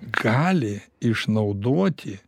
gali išnaudoti